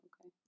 Okay